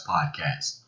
Podcast